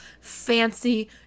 fancy